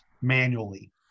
manually